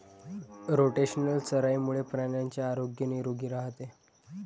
rotational चराईमुळे प्राण्यांचे आरोग्य निरोगी राहते